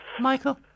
Michael